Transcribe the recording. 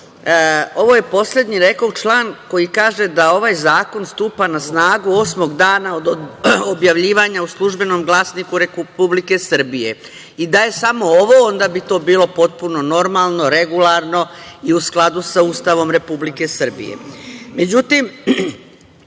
Ovo je poslednji rekoh član koji kaže – da ovaj zakon stupa na snagu osmog dana od objavljivanja u „Službenom glasniku Republike Srbije“ i da je samo ovo onda bi to bilo potpuno normalno, regularno i u skladu sa Ustavom Republike